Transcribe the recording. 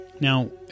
Now